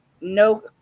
no